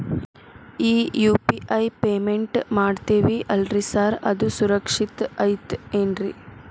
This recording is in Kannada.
ಈ ಯು.ಪಿ.ಐ ಪೇಮೆಂಟ್ ಮಾಡ್ತೇವಿ ಅಲ್ರಿ ಸಾರ್ ಅದು ಸುರಕ್ಷಿತ್ ಐತ್ ಏನ್ರಿ?